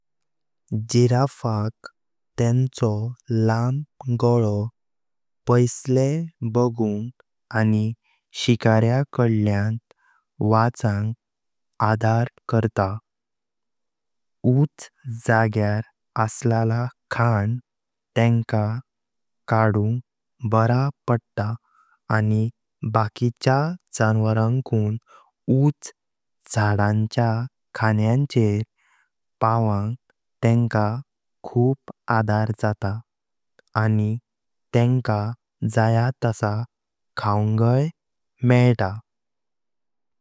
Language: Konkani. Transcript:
जिराफक तेंचो लाम गालो पैसले बागुंग आनी शिकाऱ्या काडल्यान वाचांग आधार करता। उच जाग्यार असलला खांड तेंका काडुंग बरा पडता आनी बकीचा जान्वारांकुन उच झाडाचा खाण्याचेर पावंग तेंका खुप आधार जाता आनी तेंका जाय तसा खाऊंगाय मेळता।